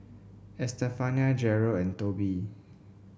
Estefania Jerel and Tobe